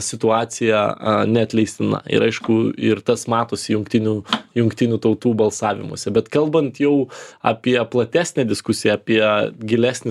situacija neatleistina ir aišku ir tas matosi jungtinių jungtinių tautų balsavimuose bet kalbant jau apie platesnę diskusiją apie gilesnį